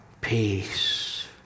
peace